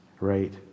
Right